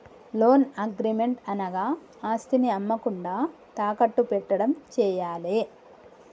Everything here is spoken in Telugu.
లోన్ అగ్రిమెంట్ అనగా ఆస్తిని అమ్మకుండా తాకట్టు పెట్టడం చేయాలే